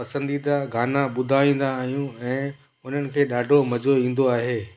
पसंदीदा गाना ॿुधाईंदा आहियूं ऐं उन्हनि खे ॾाढो मज़ो ईंदो आहे